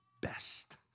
best